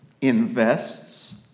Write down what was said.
invests